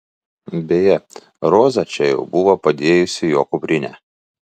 beje roza čia jau buvo padėjusi jo kuprinę